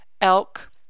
elk